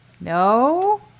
no